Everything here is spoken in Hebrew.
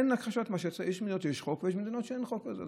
יש מדינות שיש חוק, ויש מדינות שאין חוק כזה.